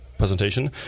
presentation